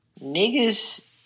Niggas